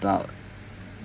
about